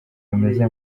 bimeze